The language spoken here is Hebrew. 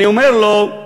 אני אומר לו,